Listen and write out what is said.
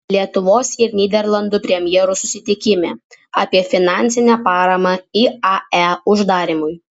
lietuvos ir nyderlandų premjerų susitikime apie finansinę paramą iae uždarymui